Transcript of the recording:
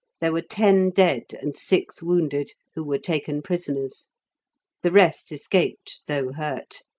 there were ten dead and six wounded, who were taken prisoners the rest escaped, though hurt.